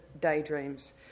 daydreams